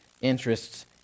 interests